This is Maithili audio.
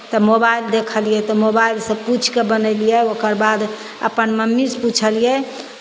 तऽ मोबाइल देखलियै तऽ मोबाइलसँ पूछि कऽ बनेलियै ओकर बाद अपन मम्मीसँ पुछलियै